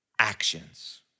Actions